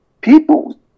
people